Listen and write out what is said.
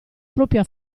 propria